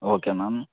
okay ma'am